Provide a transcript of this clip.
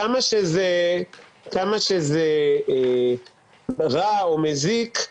כמה שזה רע או מזיק,